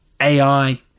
AI